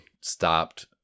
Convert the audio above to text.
stopped